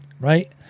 right